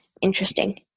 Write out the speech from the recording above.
interesting